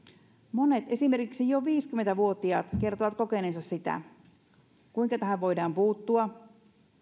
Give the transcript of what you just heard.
monet esimerkiksi jo viisikymmentä vuotiaat kertovat kokeneensa tällaista kuinka tähän voidaan puuttua